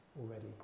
already